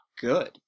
good